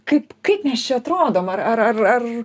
kaip kaip mes čia atrodom ar ar ar